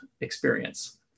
experience